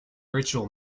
ritual